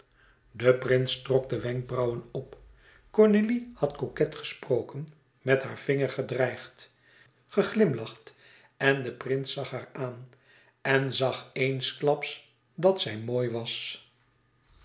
de prins trok de wenkbrauwen op cornélie had coquet gesproken met haar vinger gedreigd geglimlacht en de prins zag haar aan en zag eensklaps dat zij mooi was